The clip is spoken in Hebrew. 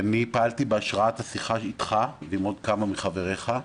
אני פעלתי בהשראת השיחה איתך ועם עוד כמה מחבריך.